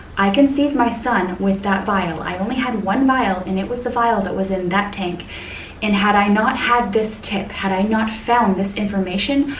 i conceived my son with that vial. i only had one vial and it was the vial that was in that tank and had i not had this tip, had i not found this information,